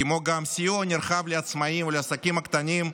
כמו גם סיוע נרחב לעצמאים ולעסקים הקטנים,